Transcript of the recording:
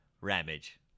Ramage